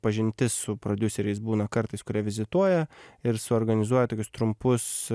pažintis su prodiuseriais būna kartais kurie vizituoja ir suorganizuoja tokius trumpus